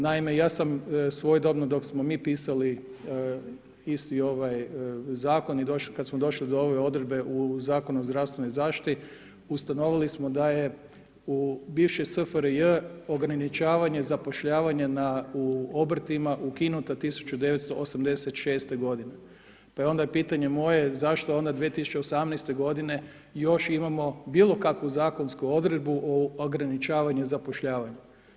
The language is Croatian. Naime, ja sam svojedobno dok sa smo mi pisali isti ovaj zakon i kada smo došli do ove odredbe u Zakonu o zdravstvenoj zaštiti, ustanovili smo da je u bivšoj SFRJ ograničavanje zapošljavanja u obrtima ukinuta 1986.g. Pa je onda pitanje moje zašto onda 2018.godine još imamo bilo kakvu zakonsku odredbu o ograničavanju zapošljavanju.